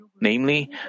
Namely